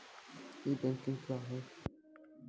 ई banking क्या हैं?